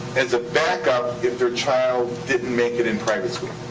as a backup if their child didn't make it in private school.